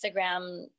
instagram